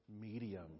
medium